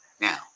Now